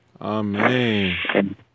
Amen